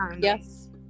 yes